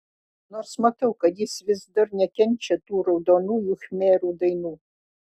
nors matau kad jis vis dar nekenčia tų raudonųjų khmerų dainų